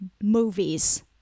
movies